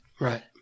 Right